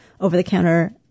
over-the-counter